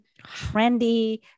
trendy